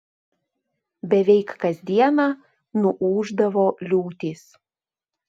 beveik kas dieną nuūždavo liūtys